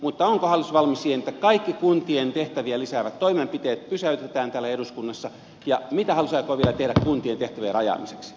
mutta onko hallitus valmis siihen että kaikki kuntien tehtäviä lisäävät toimenpiteet pysäytetään täällä eduskunnassa ja mitä hallitus aikoo vielä tehdä kuntien tehtävien rajaamiseksi